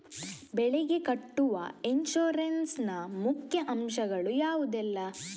ಬೆಳೆಗೆ ಕಟ್ಟುವ ಇನ್ಸೂರೆನ್ಸ್ ನ ಮುಖ್ಯ ಅಂಶ ಗಳು ಯಾವುದೆಲ್ಲ?